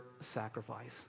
sacrifice